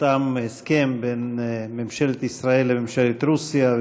נחתם הסכם בין ממשלת ישראל לממשלת רוסיה,